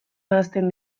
nahasten